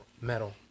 metal